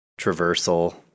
traversal